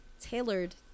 tailored